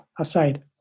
aside